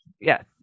Yes